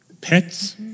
pets